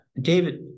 David